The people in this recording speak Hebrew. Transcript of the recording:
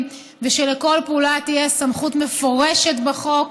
ושלכל פעולה תהיה סמכות מפורשת בחוק,